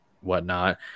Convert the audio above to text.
whatnot